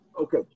Okay